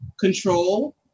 Control